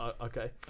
Okay